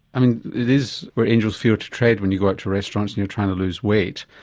i mean it is where angels fear to tread when you go out to restaurants and you're trying to lose weight,